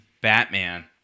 Batman